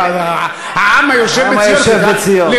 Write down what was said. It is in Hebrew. אבל העם היושב בציון,